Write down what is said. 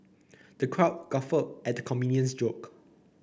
the crowd guffawed at the comedian's joke